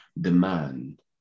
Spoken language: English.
demand